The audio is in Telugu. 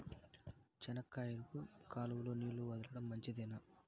చెనక్కాయకు కాలువలో నీళ్లు వదలడం మంచిదేనా?